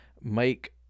make